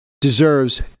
deserves